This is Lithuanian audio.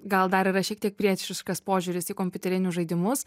gal dar yra šiek tiek priešiškas požiūris į kompiuterinius žaidimus